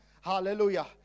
Hallelujah